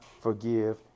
forgive